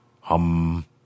hum